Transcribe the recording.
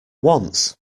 once